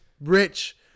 rich